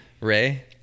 Ray